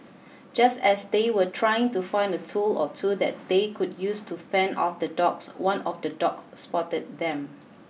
just as they were trying to find a tool or two that they could use to fend off the dogs one of the dogs spotted them